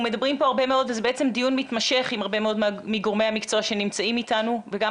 זה בעצם דיון מתמשך עם הרבה מאוד מגורמי המקצוע שנמצאים איתנו וגם